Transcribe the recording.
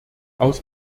aus